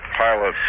pilot